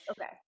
Okay